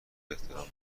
احترام